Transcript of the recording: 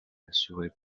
assuré